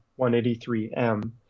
183M